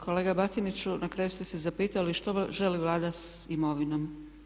Kolega Batiniću, na kraju ste se zapitali što želi Vlada s imovinom?